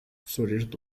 سررت